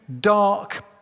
dark